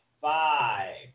Five